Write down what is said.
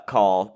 Call